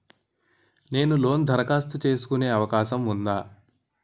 నేను కొత్త లోన్ దరఖాస్తు చేసుకునే అవకాశం ఉందా?